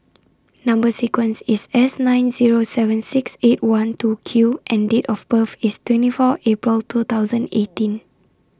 Number sequence IS S nine Zero seven six eight one two Q and Date of birth IS twenty four April two thousand eighteen